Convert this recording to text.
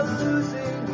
losing